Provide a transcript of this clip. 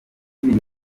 ibintu